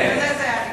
בזה זה היה נגמר.